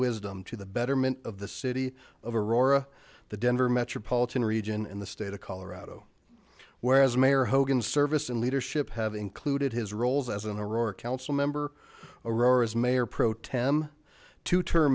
wisdom to the betterment of the city of aurora the denver metropolitan region and the state of colorado where as mayor hogan service and leadership have included his roles as a roar council member or as mayor pro tem two t